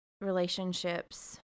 relationships